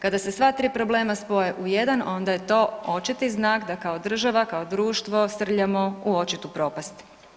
Kada se sva tri problema spoje u jedan onda je to očiti znak da kao država, kao društvo srljamo u očitu propast.